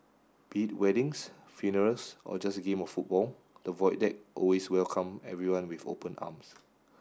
be it weddings funerals or just a game of football the Void Deck always welcome everyone with open arms